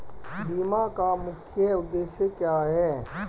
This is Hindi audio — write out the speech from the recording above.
बीमा का मुख्य उद्देश्य क्या है?